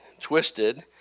twisted